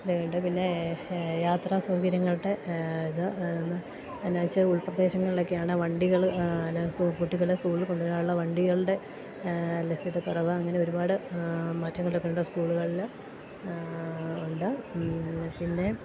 ഉണ്ട് പിന്നേ യാത്രാ സൗകര്യങ്ങളുടെ ഇത് എന്ന് എന്ന് വെച്ചാൽ ഉൾപ്രദേശങ്ങൾളക്കെയാണ് വണ്ടികള് എന്നാ സ്കൂൾ കുട്ടികളേ സ്കൂളിൽ കൊണ്ടുവരാനുള്ള വണ്ടികളുടെ ലഭ്യതക്കുറവ് അങ്ങനെ ഒരുപാട് മാറ്റങ്ങളൊക്കെ ഉണ്ട് സ്കൂളുകളിൽ ഉണ്ട് പിന്നെ